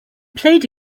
played